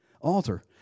altar